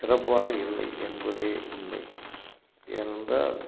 சிறப்பாக இல்லை என்பதே உண்மை ஏனென்றால்